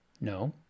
No